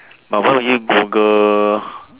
but why would you Google